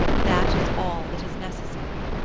that is all that is necessary.